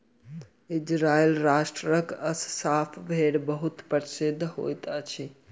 Israel राष्ट्रक Assaf भेड़ बहुत प्रसिद्ध होइत अछि